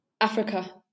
Africa